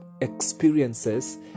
experiences